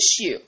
issue